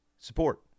support